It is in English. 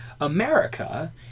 America